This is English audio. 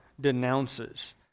denounces